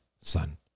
son